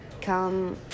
come